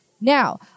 Now